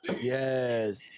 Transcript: Yes